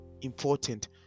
important